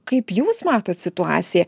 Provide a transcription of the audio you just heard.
kaip jūs matot situaciją